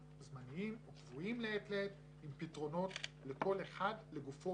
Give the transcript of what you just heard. זמניים או קבועים מעת לעת עם פתרונות לכל אחד לגופו